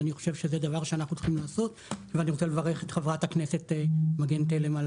ואני רוצה לברך את חברת הכנסת מגן תלם על